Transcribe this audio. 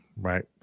Right